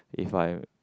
if I